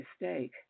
mistake